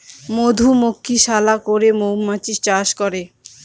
মধুমক্ষিশালা করে মৌমাছি চাষ করে